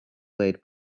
played